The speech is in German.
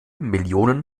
millionen